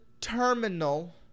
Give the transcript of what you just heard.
terminal